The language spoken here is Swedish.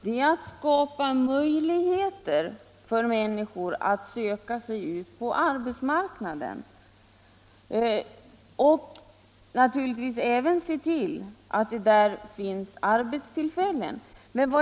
Det är att skapa möjligheter för människor att söka sig ut på arbetsmarknaden och naturligtvis även att se till att det där finns arbetstillfällen.